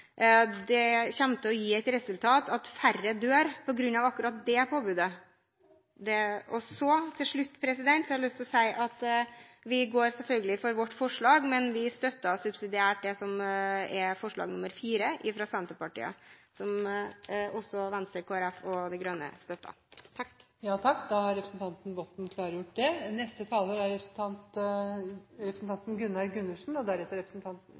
det kommer til å gi det resultatet at færre dør på grunn av akkurat det påbudet. Til slutt har jeg lyst til å si at vi går selvfølgelig for vårt forslag, men vi støtter subsidiært forslag nr. 4, fra Senterpartiet, som også Venstre, Kristelig Folkeparti og Miljøpartiet De Grønne støtter. Da har representanten Else-May Botten klargjort det. Jeg synes debatten til de grader har vist at man ikke skal drive og